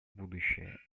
будущее